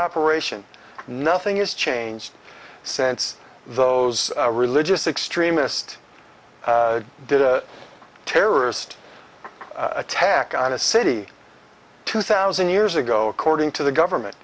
operation nothing has changed since those religious extremist did a terrorist attack on a city two thousand years ago according to the government